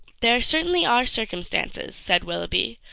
there certainly are circumstances, said willoughby,